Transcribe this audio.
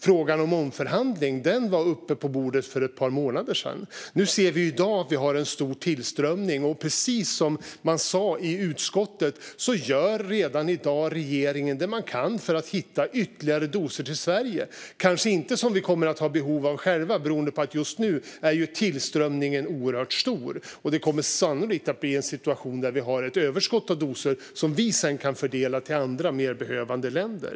Frågan om omförhandling var uppe på bordet för ett par månader sedan. Nu ser vi i dag en stor tillströmning. Precis som man sa i utskottet gör regeringen redan i dag det man kan för att hitta ytterligare doser till Sverige. Kanske kommer vi inte att ha behov av dessa doser själva, för just nu är ju tillströmningen oerhört stor. Det kommer sannolikt att bli ett överskott av doser som vi sedan kan fördela till andra, mer behövande länder.